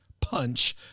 punch